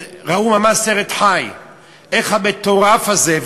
ראו ממש סרט חי איך המטורף הזה,